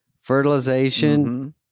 fertilization